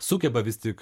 sugeba vis tik